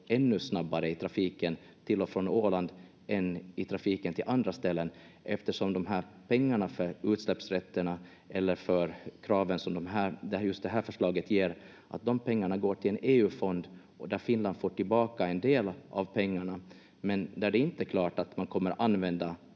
ännu snabbare i trafiken till och från Åland än i trafiken till andra ställen, eftersom pengarna för utsläppsrätterna eller för kraven som just det här förslaget ger går till en EU-fond där Finland får tillbaka en del av pengarna men där det inte är klart att man kommer använda